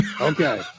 Okay